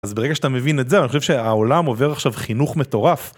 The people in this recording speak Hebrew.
אז ברגע שאתה מבין את זה אני חושב שהעולם עובר עכשיו חינוך מטורף.